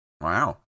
Wow